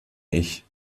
ich